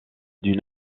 d’une